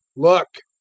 look!